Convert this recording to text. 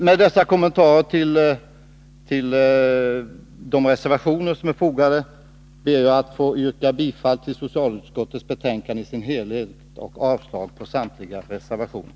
Med dessa kommentarer till de reservationer som är fogade till betänkandet ber jag att få yrka bifall till hemställan i socialutskottets betänkande i dess helhet och avslag på samtliga reservationer.